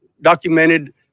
documented